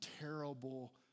terrible